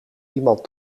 iemand